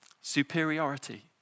Superiority